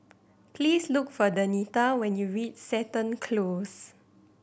please look for Denita when you reach Seton Close